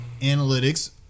analytics